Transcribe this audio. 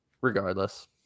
regardless